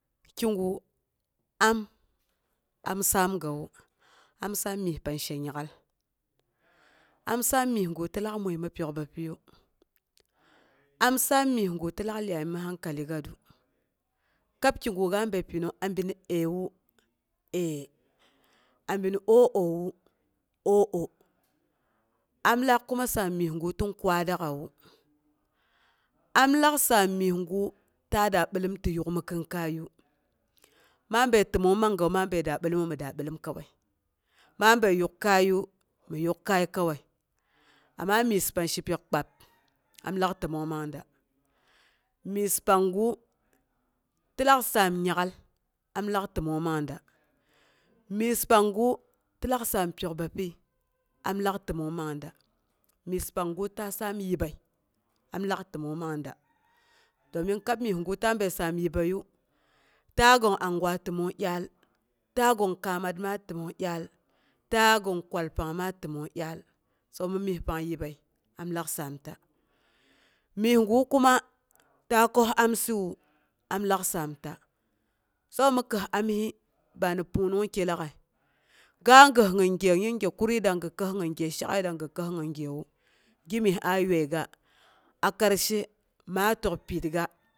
Kyingu am am saamgawu, am saam nyes pang shi nyak'al am saam nyesgu ti lak mini mi pyok bapyiyu. Am saam nyegu to lak lyai mi hankai gatou. Kab kiga ga bin pinang abi ni əiwu əi, abini o'owu, o'oh. An lak saam nyesgu tin kwarak'awu am lak saam myesgu ti da bilom ti yuk mi kin kaiyu ma bəi tənong manga ma əi daa bilomu, mi daa bilom kowai, ma bin yuk kaiyu, mi yuk kai kowai, amma myes pang shepiyok kpab amlak təmong man da. myes panggu ti lak saam nyak al, amlak təmong man da, myes panggu ti lak saam pyok bapyi, am lak təmong man da, myes panggu ta saam yibbəiyu, amlak təmong man da, domin kab nyesgu ta bəi saam yilbəiyu ta gong angwa təmong dyaal, ta gong kaamt ma təmong dyaal, ta gong kwal pang ma təmong dyal. sabo mi myes pang yii bəi am lak saamta. myesa kuma ta kəosa amsɨwu, amlak saanta sabo mi kəos amsɨ bani pundnungki lagki ga gəos gin gye yinge kurii dang gi kəos gin gye ya shakai dangng gi kəos gin gyewu, gimyes a yuaiga, a karshe ma tək pirrga.